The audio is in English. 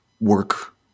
work